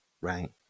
right